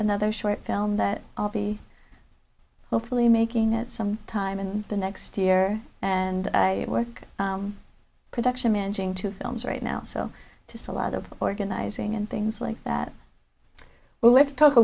another short film that i'll be hopefully making at some time in the next year and we're production minging two films right now so just a lot of the organizing and things like that well let's talk a